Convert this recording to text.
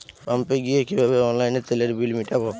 পাম্পে গিয়ে কিভাবে অনলাইনে তেলের বিল মিটাব?